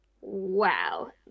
wow